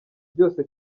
byose